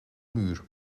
muur